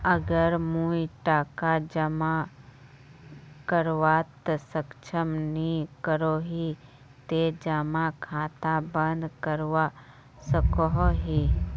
अगर मुई टका जमा करवात सक्षम नी करोही ते जमा खाता बंद करवा सकोहो ही?